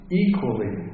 equally